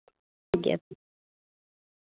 ᱴᱷᱤᱠᱜᱮᱭᱟ